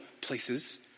places